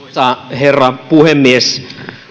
herra puhemies